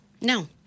No